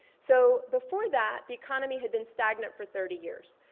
so before that, the economy had been stagnant for thirty years.